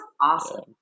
awesome